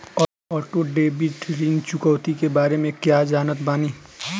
Auto debit ऋण चुकौती के बारे में कया जानत बानी?